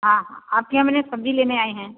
हाँ आपके यहाँ हम हैं ने सब्ज़ी लेने आए हैं